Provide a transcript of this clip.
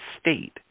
state